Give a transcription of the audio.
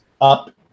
up